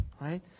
right